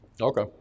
Okay